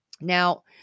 Now